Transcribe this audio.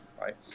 right